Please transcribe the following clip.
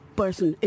person